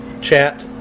chat